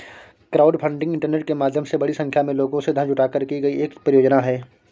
crowdfunding internet के माध्यम से बड़ी संख्या में लोगों से धन जुटाकर की गई एक परियोजना है